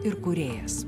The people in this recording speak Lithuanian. ir kūrėjas